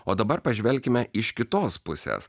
o dabar pažvelkime iš kitos pusės